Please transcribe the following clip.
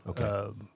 Okay